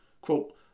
quote